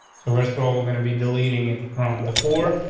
so first of all, we're gonna be deleting it from the four.